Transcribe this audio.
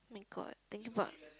my god think about